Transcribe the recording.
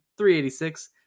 386